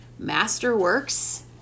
masterworks